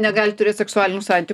negali turėt seksualinių santyk